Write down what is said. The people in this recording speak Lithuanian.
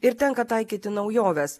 ir tenka taikyti naujoves